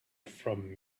from